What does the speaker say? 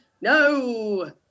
no